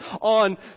on